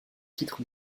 titres